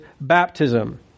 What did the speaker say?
Baptism